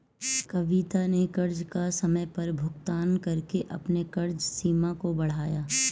कविता ने कर्ज का समय पर भुगतान करके अपने कर्ज सीमा को बढ़ाया